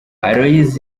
aloys